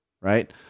right